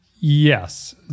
Yes